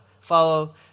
follow